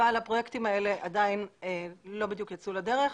אבל הפרויקטים האלה עדיין לא יצאו לדרך.